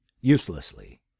uselessly